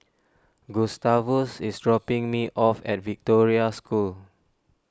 Gustavus is dropping me off at Victoria School